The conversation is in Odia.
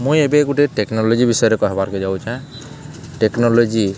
ମୁଇଁ ଏବେ ଗୁଟେ ଟେକ୍ନୋଲୋଜି ବିଷୟରେ କହେବାର୍କେ ଯାଉଛେଁ ଟେକ୍ନୋଲୋଜି